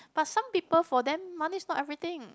but some people for them money is not everything